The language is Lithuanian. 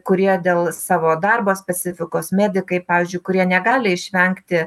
kurie dėl savo darbo specifikos medikai pavyzdžiui kurie negali išvengti